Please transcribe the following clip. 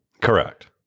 Correct